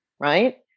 right